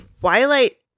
Twilight